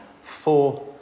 four